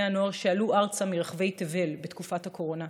הנוער שעלו ארצה מרחבי תבל בתקופת הקורונה.